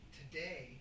today